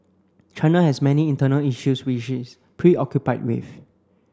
China has many internal issues which it is preoccupied with